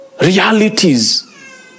Realities